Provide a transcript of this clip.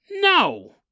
no